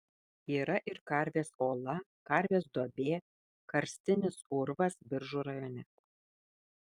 yra ir karvės ola karvės duobė karstinis urvas biržų rajone